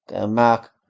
Mark